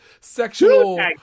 sexual